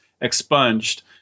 expunged